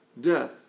death